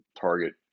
target